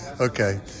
Okay